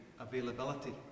availability